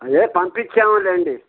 అండి పంపించాములేండి